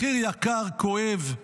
מחיר יקר, כואב,